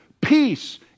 peace